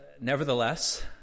Nevertheless